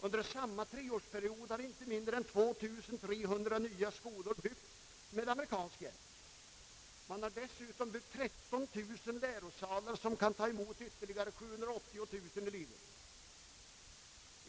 Under samma treårsperiod har inte mindre än 2300 nya skolor uppbyggts med amerikansk hjälp. Man har dessutom byggt 13 000 lärosalar, som kan ta emot ytterligare 780 000 elever.